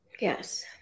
Yes